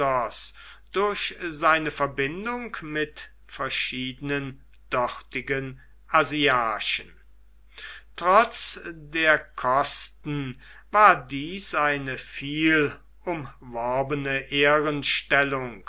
durch seine verbindung mit verschiedenen dortigen asiarchen trotz der kosten war dies eine viel